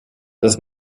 das